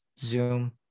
zoom